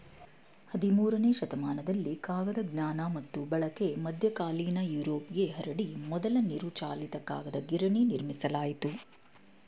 ಹದಿಮೂರನೇ ಶತಮಾನದಲ್ಲಿ ಕಾಗದ ಜ್ಞಾನ ಮತ್ತು ಬಳಕೆ ಮಧ್ಯಕಾಲೀನ ಯುರೋಪ್ಗೆ ಹರಡಿ ಮೊದಲ ನೀರುಚಾಲಿತ ಕಾಗದ ಗಿರಣಿ ನಿರ್ಮಿಸಲಾಯಿತು